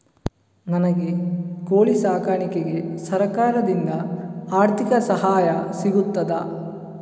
ನನಗೆ ಕೋಳಿ ಸಾಕಾಣಿಕೆಗೆ ಸರಕಾರದಿಂದ ಆರ್ಥಿಕ ಸಹಾಯ ಸಿಗುತ್ತದಾ?